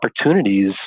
opportunities